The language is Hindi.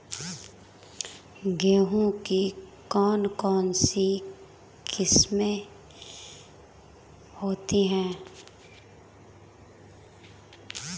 गेहूँ की कौन कौनसी किस्में होती है?